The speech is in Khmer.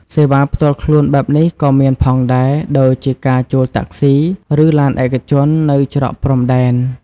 សេវាផ្ទាល់ខ្លួនបែបនេះក៏មានផងដែរ ដូចជាការជួលតាក់ស៊ី ឬឡានឯកជននៅច្រកព្រំដែន។